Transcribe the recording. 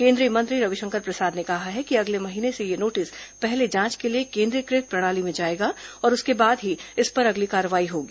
केन्द्रीय मंत्री रविशंकर प्रसाद ने कहा कि अगले महीने से यह नोटिस पहले जांच के लिए केन्द्रीयकृत प्रणाली में जाएगा और उसके बाद ही इस पर अगली कार्रवाई होगी